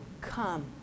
come